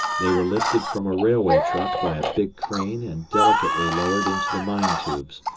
they were lifted from a railway truck by a big crane and delicately lowered into the mine tubes,